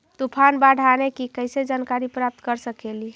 तूफान, बाढ़ आने की कैसे जानकारी प्राप्त कर सकेली?